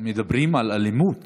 תודה רבה, אדוני